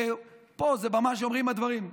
ופה זו הבמה שאומרים את הדברים.